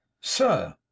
Sir